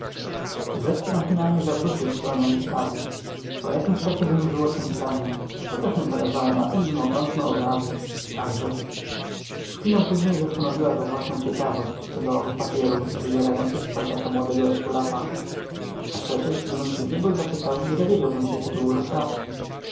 wrzecki machinalne zawrócił w stronę wystawy po jakimś czasie wynurzyło się pytanie co też mu zależało na tem bym oglądnął obrazy także w chwilę później zastanowiła go własna ciekawość co do owych papierów wyzierających z paltota młodego eskulapa a przecież gdybym się nie był zapytał nie dowiedziałbym się tytułu rozprawki